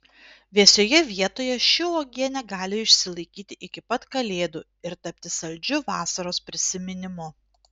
vėsioje vietoje ši uogienė gali išsilaikyti iki pat kalėdų ir tapti saldžiu vasaros prisiminimu